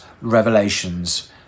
revelations